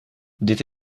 dit